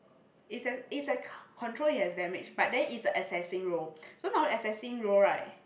it's a it's a con~ control it has damage by then it's a assessing role so normally assessing role right